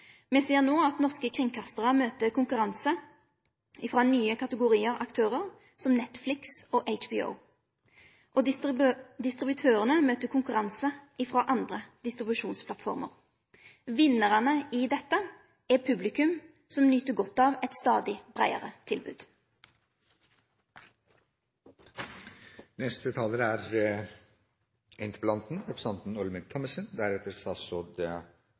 Me ser no at norske kringkastarar møter konkurranse frå nye kategoriar aktørar som Netflix og HBO, og distributørane møter konkurranse frå andre distribusjonsplattformer. Vinnarane i dette er publikum, som nyter godt av eit stadig breiare